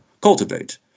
cultivate